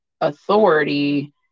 authority